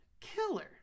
killer